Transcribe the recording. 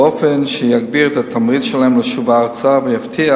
באופן שיגביר את התמריץ שלהם לשוב ארצה ויבטיח